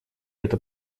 эта